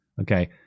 okay